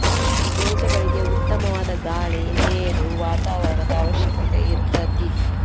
ಬೇಜಗಳಿಗೆ ಉತ್ತಮವಾದ ಗಾಳಿ ನೇರು ವಾತಾವರಣದ ಅವಶ್ಯಕತೆ ಇರತತಿ